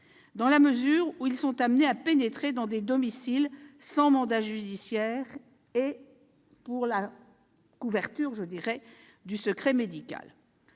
dans la mesure où ils sont amenés à pénétrer dans des domiciles sans mandat judiciaire -et du secret médical.